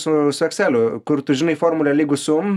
su su ekseliu kur tu žinai formulę lygu sum